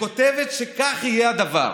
שכותבת שכך יהיה הדבר.